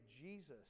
Jesus